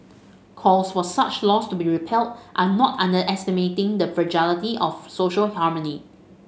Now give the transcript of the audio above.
calls for such laws to be repealed are not underestimating the fragility of social harmony